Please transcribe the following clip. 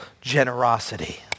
generosity